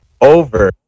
over